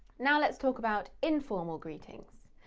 now let's talk about informal greetings.